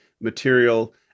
material